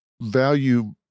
value